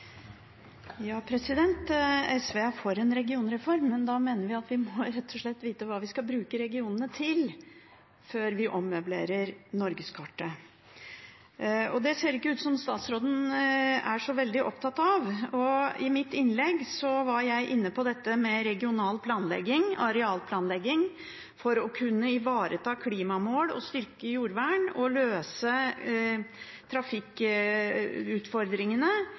for en regionreform, men vi mener at vi rett og slett må vite hva vi skal bruke regionene til, før vi ommøblerer norgeskartet. Det ser det ikke ut til at statsråden er så veldig opptatt av. I mitt innlegg var jeg inne på dette med regional planlegging, arealplanlegging, at det å kunne ivareta klimamål, styrke jordvern og løse trafikkutfordringene